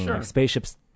spaceships